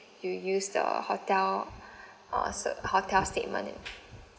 you use the hotel uh s~ hotel statement